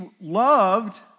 loved